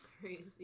crazy